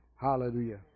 Hallelujah